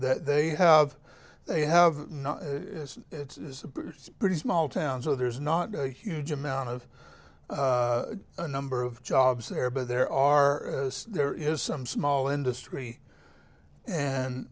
that they have they have it's a pretty small town so there's not a huge amount of a number of jobs there but there are there is some small industry and